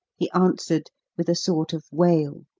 he answered, with a sort of wail.